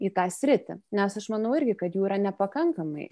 į tą sritį nes aš manau irgi kad jų yra nepakankamai